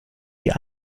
die